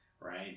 right